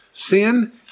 sin